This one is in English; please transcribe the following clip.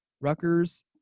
Rutgers